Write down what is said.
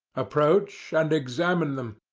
approach, and examine them!